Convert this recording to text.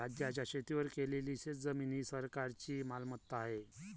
राज्याच्या शेतीवर केलेली शेतजमीन ही सरकारची मालमत्ता आहे